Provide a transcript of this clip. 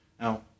Now